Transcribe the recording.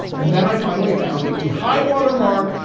and then i finally found it, the high watermark.